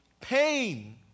pain